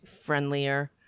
friendlier